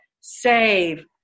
save